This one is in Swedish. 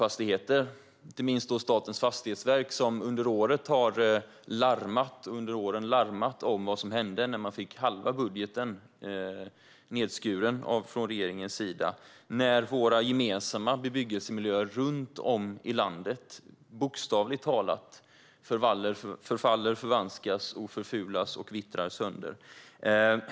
Det gäller inte minst Statens fastighetsverk, som under åren har larmat om vad som hände när man fick halva budgeten bortskuren av regeringen. Våra gemensamma bebyggelsemiljöer runt om i landet bokstavligt talat förfaller, förvanskas, förfulas och vittrar sönder.